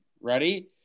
Ready